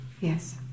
Yes